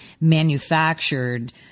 manufactured